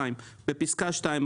בפסקה (2),